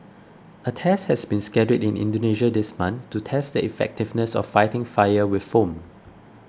a test has been scheduled in Indonesia this month to test the effectiveness of fighting fire with foam